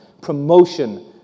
promotion